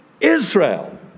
Israel